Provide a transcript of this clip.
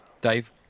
Dave